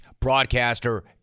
broadcaster